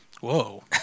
Whoa